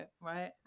right